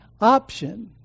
option